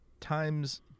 times